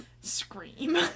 Scream